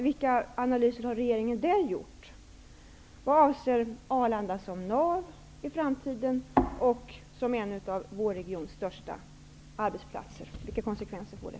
Vilka analyser har regeringen gjort vad avser Arlanda som nav i framtiden och som en av vår regions största arbetsplatser? Vilka konsekvenser blir det?